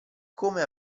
come